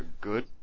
Good